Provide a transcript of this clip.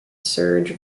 serge